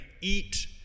eat